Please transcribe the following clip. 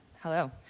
hello